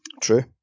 True